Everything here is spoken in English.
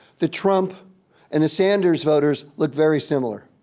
the trump and the sanders voters look very similar.